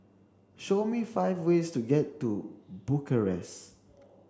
show me five ways to get to Bucharest